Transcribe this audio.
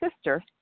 sister